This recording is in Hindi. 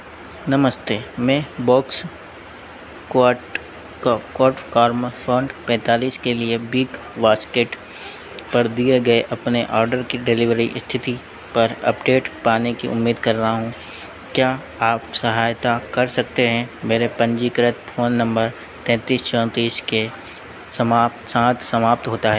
नमस्ते मैं बोक्स क्वाट क्वाट कार्मा फोंट पैंतालीस के लिए बिग बास्केट पर दिए गए अपने ऑर्डर की डिलीवरी स्थिति पर अपडेट पाने की उम्मीद कर रहा हूँ क्या आप सहायता कर सकते हैं मेरा पंजीकृत फ़ोन नंबर तेतीस चौंतीस के समाप्त साथ समाप्त होता है